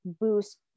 boost